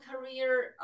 career